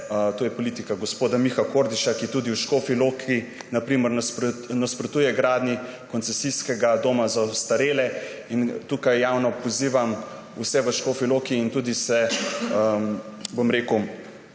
to je politika gospoda Miha Kordiša, ki tudi v Škofji Loki, na primer, nasprotuje gradnji koncesijskega doma za ostarele. Tukaj javno pozivam vse v Škofji Loki in tudi zagotavljam,